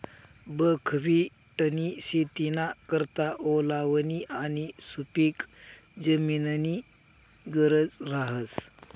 बकव्हिटनी शेतीना करता ओलावानी आणि सुपिक जमीननी गरज रहास